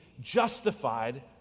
justified